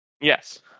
Yes